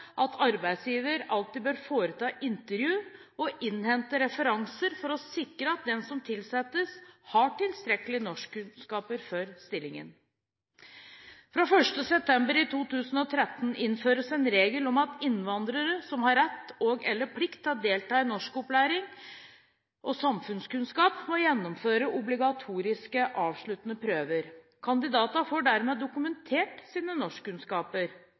at arbeidsgiver alltid bør foreta intervju og innhente referanser for å sikre at den som tilsettes, har tilstrekkelige norskkunnskaper for stillingen. Fra 1. september 2013 innføres en regel om at innvandrere som har rett og/eller plikt til å delta i opplæring i norsk og samfunnskunnskap, må gjennomføre obligatoriske avsluttende prøver. Kandidatene får dermed dokumentert sine norskkunnskaper.